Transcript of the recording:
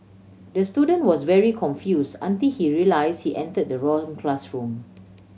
the student was very confuse until he realise he enter the wrong classroom